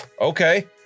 okay